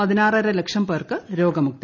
പതിനാറര ലക്ഷം പേർക്ക് രോഗമുക്തി